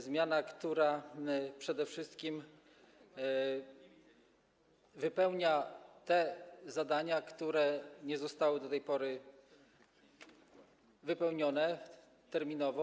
Zmiana, która przede wszystkim wypełnia te zadania, które nie zostały do tej pory wypełnione terminowo.